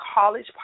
College